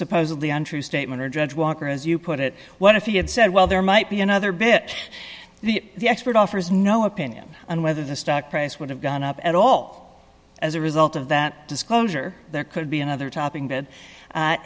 supposedly untrue statement or judge walker as you put it what if you had said well there might be another bit the expert offers no opinion on whether the stock price would have gone up at all as a result of that disclosure there could be another top